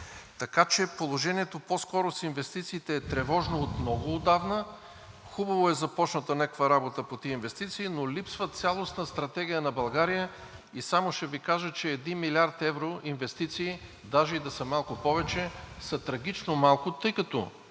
Така че положението по-скоро с инвестициите е тревожно от много отдавна. Хубаво е започната някаква работа по тези инвестиции, но липсва цялостна стратегия на България. И само ще Ви кажа, че 1 млрд. евро инвестиции, даже и да са малко повече, са трагично малко, тъй като